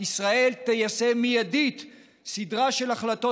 ישראל תיישם מיידית סדרה של החלטות